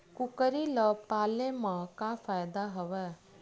कुकरी ल पाले म का फ़ायदा हवय?